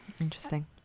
interesting